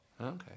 Okay